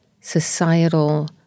societal